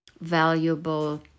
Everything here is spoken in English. valuable